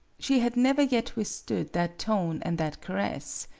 she had never yet withstood that tone and that caress.